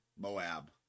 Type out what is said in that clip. Moab